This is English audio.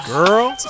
Girl